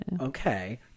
Okay